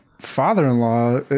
father-in-law